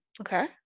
Okay